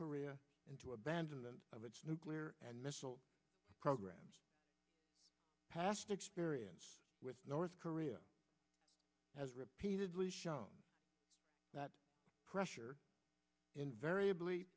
korea into abandonment of its nuclear and missile programs past experience with north korea has repeatedly shown that pressure invariably